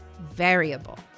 variable